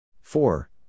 Four